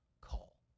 call